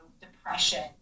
depression